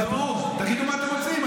תדברו, תגידו מה אתם רוצים.